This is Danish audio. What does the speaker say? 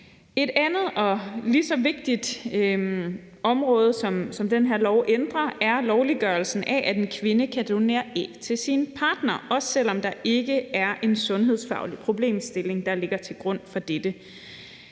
Et andet og lige så vigtigt område, som den her lov ændrer, er lovliggørelsen af, at en kvinde kan donere æg til sin partner, også selv om der ikke er en sundhedsfaglig problemstilling, der ligger til grund for dette.